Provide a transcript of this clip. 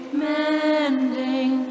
mending